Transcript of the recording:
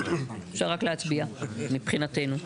סעיף 13. אפשר רק להצביע, מבחינתנו.